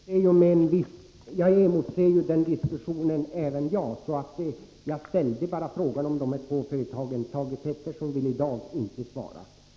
Herr talman! Även jag emotser den diskussionen, men jag ställde ändå frågan om dessa två företag. Thage Peterson vill i dag inte svara.